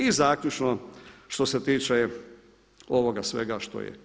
I zaključno što se tiče ovoga svega što je.